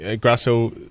Grasso